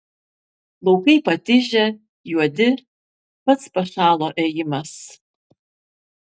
laukai patižę juodi pats pašalo ėjimas